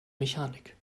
mechanik